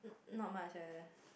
no much eh